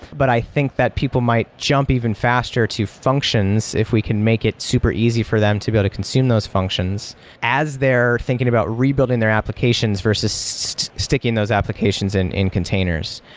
but i think that people might jump even faster to functions if we can make it super easy for them to be able to consume those functions as they're thinking about rebuilding their applications versus sticking those applications in in containers.